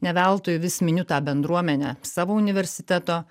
ne veltui vis miniu tą bendruomenę savo universiteto